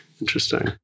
Interesting